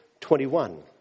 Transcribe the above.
21